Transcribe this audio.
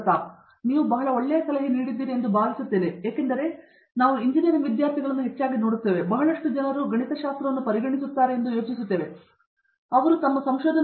ಪ್ರತಾಪ್ ಹರಿಡೋಸ್ ನೀವು ಭೇಟಿಯಾಗುತ್ತಿದ್ದೀರಿ ಮತ್ತು ನಾನು ಬಹಳ ಒಳ್ಳೆಯ ಸಲಹೆ ನೀಡುತ್ತೇನೆಂದು ಭಾವಿಸುತ್ತೇನೆ ಏಕೆಂದರೆ ನಾವು ಎಂಜಿನಿಯರಿಂಗ್ ವಿದ್ಯಾರ್ಥಿಗಳನ್ನು ಹೆಚ್ಚಾಗಿ ನೋಡುತ್ತೇವೆ ಮತ್ತು ಬಹಳಷ್ಟು ಜನರು ಗಣಿತಶಾಸ್ತ್ರವನ್ನು ಪರಿಗಣಿಸುತ್ತೇವೆ ಎಂದು ಯೋಚಿಸುತ್ತೇವೆ ಆದರೆ ಅವರು ಅಲ್ಲಿ ಅದನ್ನು ತೆಗೆದುಕೊಳ್ಳಲು ಇಲ್ಲ